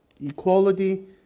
equality